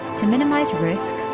to minimize risk,